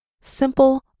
simple